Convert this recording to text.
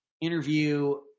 interview